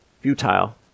futile